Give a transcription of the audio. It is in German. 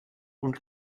und